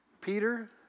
Peter